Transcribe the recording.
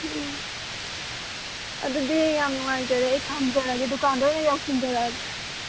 ꯑꯣ ꯑꯗꯨꯗꯤ ꯌꯥꯝ ꯅꯨꯡꯉꯥꯏꯖꯔꯦ ꯑꯩ ꯊꯝꯖꯔꯒꯦ ꯗꯨꯀꯥꯟꯗ ꯑꯣꯏꯅ ꯌꯧꯁꯤꯟꯖꯔꯛꯑꯒꯦ